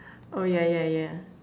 oh yeah yeah yeah